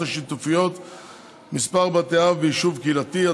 השיתופיות (מספר בתי אב ביישוב קהילתי),